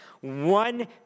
one